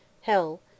Hell